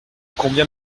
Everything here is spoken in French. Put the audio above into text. combien